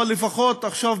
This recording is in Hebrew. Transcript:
אבל לפחות עכשיו,